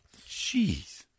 Jeez